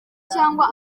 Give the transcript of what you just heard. cyangwa